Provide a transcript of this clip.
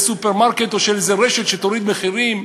סופרמרקט או של איזו רשת שתוריד מחירים?